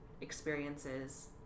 experiences